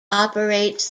operates